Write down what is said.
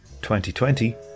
2020